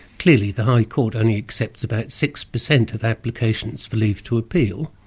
clearly the high court only accepts about six percent of applications for leave to appeal,